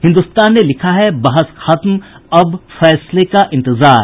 हिन्दुस्तान ने लिखा है बहस खत्म अब फैसले का इंतजार